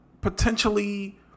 potentially